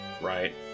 right